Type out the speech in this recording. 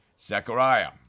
Zechariah